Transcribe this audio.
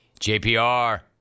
JPR